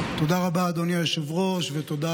תודה רבה, אדוני היושב-ראש,